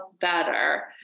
better